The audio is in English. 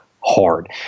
hard